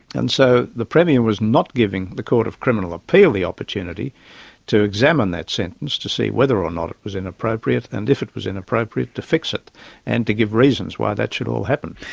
and so the premier was not giving the court of criminal appeal the opportunity to examine that sentence to see whether or not it was inappropriate, and if it was inappropriate, to fix it and to give reasons why that should all happen.